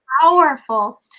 powerful